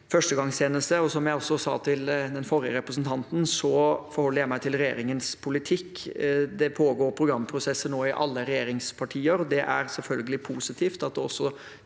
førstegangstjeneste, og som jeg sa til den forrige representanten, forholder jeg meg til regjeringens politikk. Det pågår nå programpro sesser i regjeringspartiene, og det er selvfølgelig positivt at det også